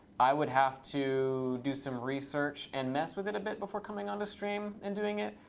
i would have to do some research and mess with it a bit before coming on the stream and doing it,